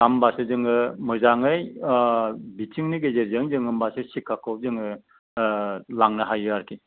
होमबासो जोङो मोजाङै बिथिंनि गेजेरजों जों होमबासो शिक्षाखौ जोङो लांनो हायो आरोखि